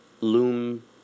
Loom